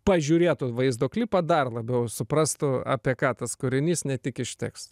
pažiūrėtų vaizdo klipą dar labiau suprastų apie ką tas kūrinys ne tik iš teksto